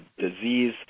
disease